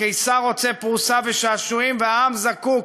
הקיסר רוצה פרוסה ושעשועים, והעם זקוק,